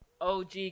OG